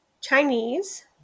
Chinese